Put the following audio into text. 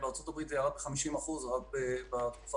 בארצות-הברית הוא ירד ב-50% רק בתקופה